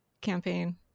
campaign